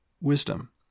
wisdom